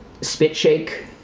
spit-shake